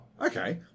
okay